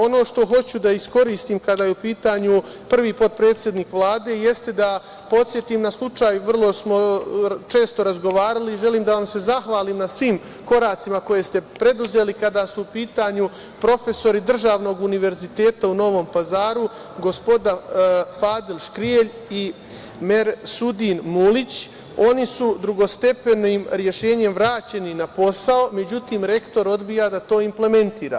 Ono što hoću da iskoristim kada je u pitanju prvi potpredsednik Vlade, jeste da podsetim na slučaju, vrlo smo često razgovarali i želim da vam se zahvalim na svim koracima koje ste preduzeli kada su u pitanju profesori Državnog univerziteta u Novom Pazaru, gospodin Fadil Škrijelj i Mersudin Mulić, oni su drugostepenim rešenjem vraćeni na posao, međutim rektor odbija da to implementira.